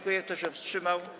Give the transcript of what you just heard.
Kto się wstrzymał?